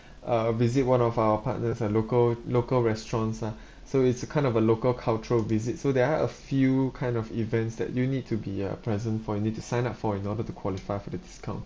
uh visit one of our partners' uh local local restaurants lah so it's a kind of a local cultural visit so there are a few kind of events that you need to be uh present for you need to sign up for in order to qualify for the discount